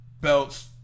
belts